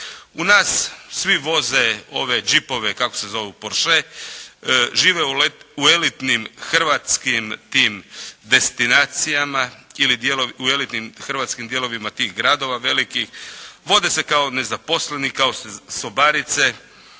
U nas svi voze ove džipove, kako se zovu, "porshee". Žive u elitnim hrvatskim tim destinacijama ili u elitnim hrvatskim dijelovima tih gradova velikih. Vode se kao nezaposleni, kao sobarice